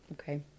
Okay